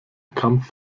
kampf